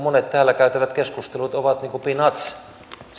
monet täällä käytävät keskustelut ovat niin kuin peanuts